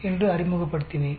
என்று அறிமுகப்படுத்தினேன்